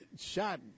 Shot